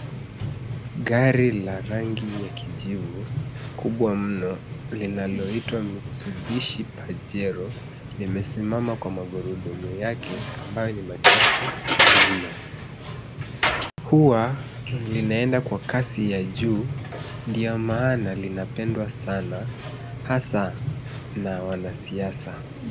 Gari la rangi ya kijivu kubwa mno linaloitwa Mitsubishi Pajero . Limesimama kwa magurudumu yake ambayo ni machafu mno. Huwa linaenda kwa kasi ya juu ndio maana linapendwa sana hasa na wanasiasa.